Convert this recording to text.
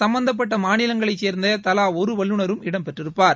சம்பந்தப்பட்ட மாநிலங்களைச் சேர்ந்த தலா ஒரு வல்லுநரும் இடம்பெற்றிருப்பார்